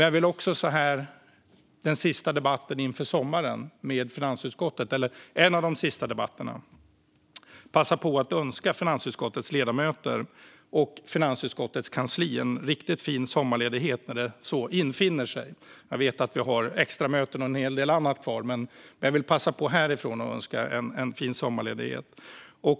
Jag vill också under en av de sista debatterna med finansutskottet inför sommaren passa på att önska finansutskottets ledamöter och kansli en riktigt fin sommarledighet när den väl infinner sig. Jag vet att vi har extramöten och en hel del annat kvar, men jag vill passa på att härifrån önska en fin sommarledighet.